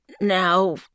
now